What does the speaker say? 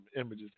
images